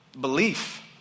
belief